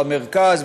במרכז,